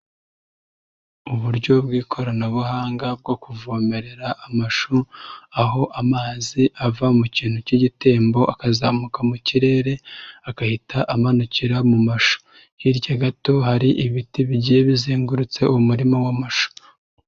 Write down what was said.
Uburyo bw'ikoranabuhanga bwo kuvomerera amashu, aho amazi ava mu kintu cy'igitembo akazamuka mu kirere agahita amanukira mu mashu, hirya gato hari ibiti bigiye bizengurutse umurima w'amasha.